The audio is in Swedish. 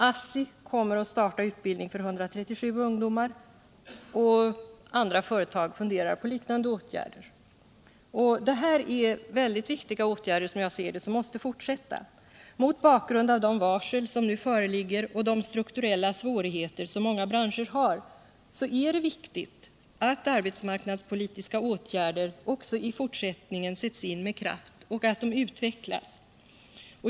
ASSI startar utbildning för 137 ungdomar, och andra företag funderar på liknande åtgärder. Det här är, som jag ser det, mycket viktiga åtgärder som måste fortsätta. Mot bakgrund av de varsel som nu föreligger och de strukturella svårigheter som många branscher har är det viktigt att arbetsmarknadspolitiska åtgärder också i fortsättningen sätts in med kraft och att de utvecklas.